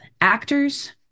actors